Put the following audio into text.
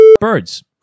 birds